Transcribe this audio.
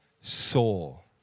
soul